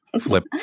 flip